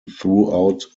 throughout